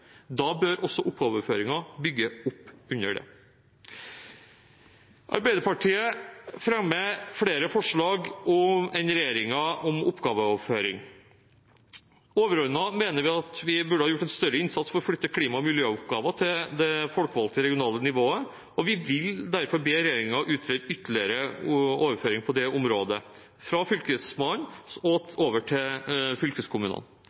Da bør også oppgaveoverføringen bygge opp under dette. Arbeiderpartiet fremmer flere forslag enn regjeringen om oppgaveoverføring. Overordnet mener vi at vi burde ha gjort en større innsats for å flytte klima- og miljøoppgaver til det folkevalgte regionale nivået, og vi vil derfor be regjeringen utrede ytterligere overføring på det området fra Fylkesmannen og over til fylkeskommunene.